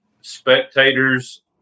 Spectators